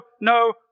no